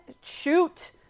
shoot